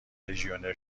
لژیونر